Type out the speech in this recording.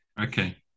Okay